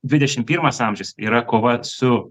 dvidešim pirmas amžius yra kova su